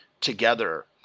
together